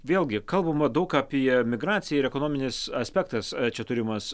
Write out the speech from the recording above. vėlgi kalbama daug apie emigraciją ir ekonominis aspektas čia turimas